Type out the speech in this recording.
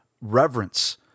reverence